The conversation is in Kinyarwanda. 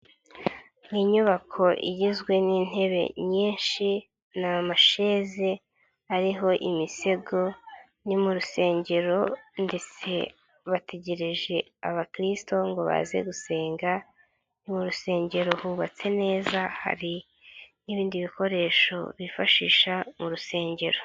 Ni inyubako igizwe n'intebe nyinshi, ni amasheze ariho imisego. Ni mu rusengero ndetse bategereje abakirisito ngo baze gusenga, mu rusengero bubatse neza, hari n'ibindi bikoresho bifashisha mu rusengero.